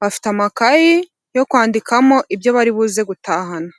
bafite amakaye yo kwandikamo ibyo bari buze gutahana.